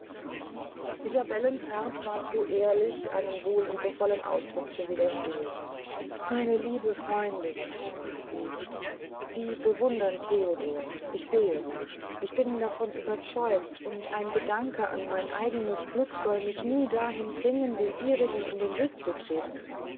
isabellens herz war zu ehrlich einem so liebevollen ausdruck zu widerstehn meine liebliche freundin sprach sie sie bewundert theodor ich seh es ich bin davon überzeugt und ein gedanke an mein eignes glück soll mich nie dahin bringen dem ihrigen in den weg zu treten